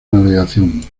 navegación